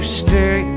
stay